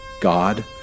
God